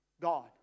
God